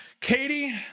Katie